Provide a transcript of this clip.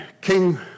King